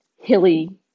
hilly